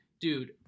dude